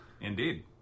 Indeed